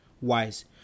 wise